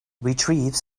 retrieves